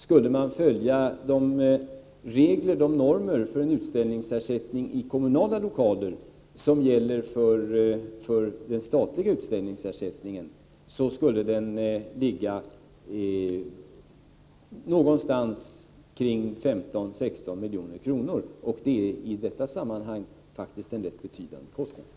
Skulle man för utställningsersättning i kommunala lokaler följa normerna för den statliga ersättningen, så skulle ersättningsbeloppet ligga mellan 15 och 16 milj.kr., och det är i detta sammanhang faktiskt en mycket betydande kostnad.